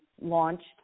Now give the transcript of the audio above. launched